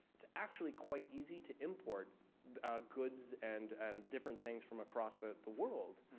it's actually quite easy to import goods and and different things from across the the world.